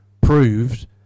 proved